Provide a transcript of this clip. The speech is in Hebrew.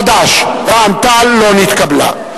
חד"ש ורע"ם-תע"ל לא נתקבלה.